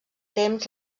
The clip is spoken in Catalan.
temps